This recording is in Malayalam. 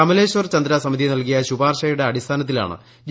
കമലേശ്വർ ചന്ദ്ര സമിതി നൽകിയ ശുപാർശയുടെ അടിസ്ഥാനത്തിലാണ് ജി